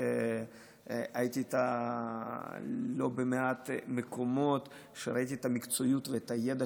והייתי איתה בלא מעט מקומות וראיתי את המקצועיות ואת הידע